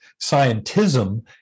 scientism